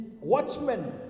watchmen